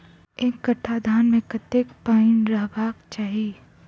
एक कट्ठा धान मे कत्ते पानि रहबाक चाहि?